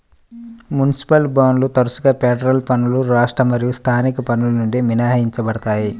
municipal బాండ్లు తరచుగా federal పన్నులు రాష్ట్ర మరియు స్థానిక పన్నుల నుండి మినహాయించబడతాయి